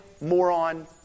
moron